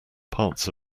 parts